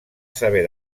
saber